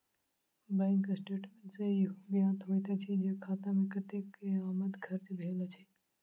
bank statement सॅ ईहो ज्ञात होइत अछि जे खाता मे कतेक के आमद खर्च भेल अछि